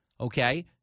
Okay